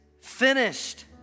finished